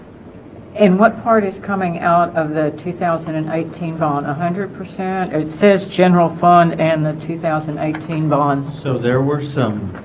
and what part is coming out of the two thousand and eighteen bond a hundred percent it says general fund and the two thousand and eighteen bond so there were some